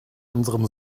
unserem